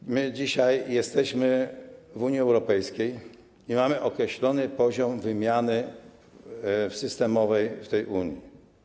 Ale my dzisiaj jesteśmy w Unii Europejskiej i mamy określony poziom wymiany systemowej w Unii.